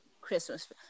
Christmas